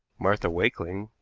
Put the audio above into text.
martha wakeling,